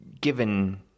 given